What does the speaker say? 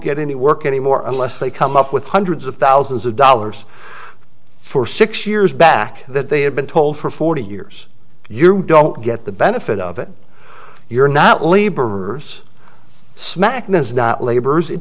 get any work any more unless they come up with hundreds of thousands of dollars for six years back that they have been told for forty years you don't get the benefit of it you're not laborers smacking is not labor's it